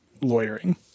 lawyering